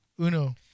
Uno